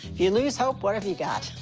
you you lose hope, what have you got?